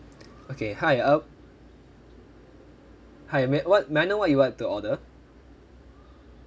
okay hi err hi may what may I know what you want to order